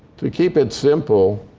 to keep it simple,